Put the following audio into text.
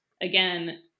Again